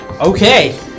Okay